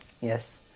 Yes